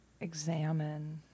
examine